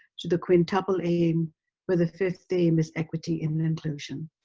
to the quintuple aim for the fifth aim is equity and inclusion.